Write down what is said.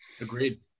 Agreed